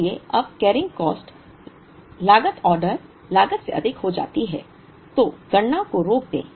इसलिए जब caring cost लागत ऑर्डर लागत से अधिक हो जाती है तो गणना को रोक दें